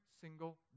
single